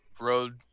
road